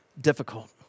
difficult